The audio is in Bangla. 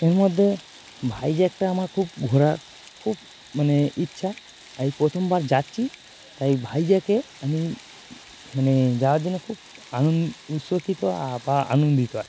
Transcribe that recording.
এর মধ্যে ভাইজ্যাগটা আমার খুব ঘোরার খুব মানে ইচ্ছা আমি প্রথমবার যাচ্ছি তাই ভাইজ্যাগে আমি মানে যাওয়ার জন্য খুব আনন্দ উচ্ছ্বসিত বা আনন্দিত আছি